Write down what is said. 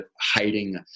hiding